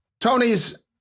Tony's